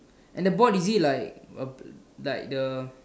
and the board is it like a like the